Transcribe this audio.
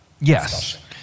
Yes